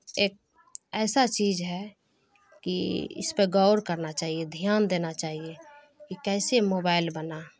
ایک ایسا چیز ہے کہ اس پہ غور کرنا چاہیے دھیان دینا چاہیے کہ کیسے موبائل بنا